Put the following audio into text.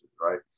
right